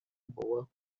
boa